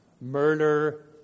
Murder